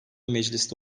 mecliste